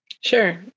Sure